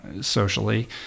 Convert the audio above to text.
socially